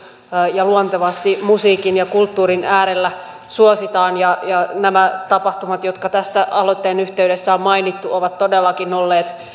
ja luontevasti musiikin ja kulttuurin äärellä suositaan ja nämä tapahtumat jotka tässä aloitteen yhteydessä on mainittu ovat todellakin olleet